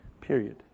period